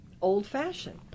old-fashioned